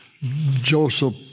Joseph